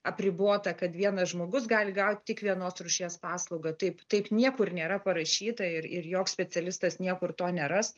apribota kad vienas žmogus gali gauti tik vienos rūšies paslaugą taip taip niekur nėra parašyta ir joks specialistas niekur to neras